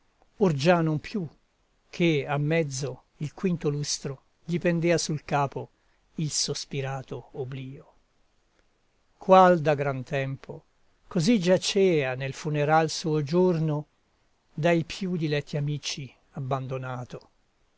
or già non più che a mezzo il quinto lustro gli pendea sul capo il sospirato obblio qual da gran tempo così giacea nel funeral suo giorno dai più diletti amici abbandonato